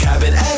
Cabin